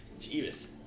Jesus